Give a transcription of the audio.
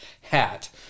hat